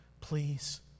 please